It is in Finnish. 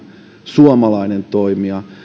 suomalainen toimija